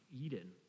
Eden